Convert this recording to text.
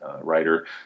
writer